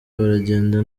baragenda